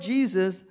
Jesus